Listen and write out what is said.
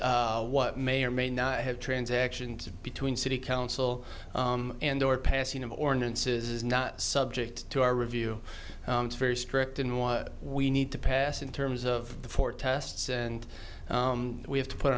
and what may or may not have transactions between city council and or passing of ordinances is not subject to our review very strict in what we need to pass in terms of the four tests and we have to put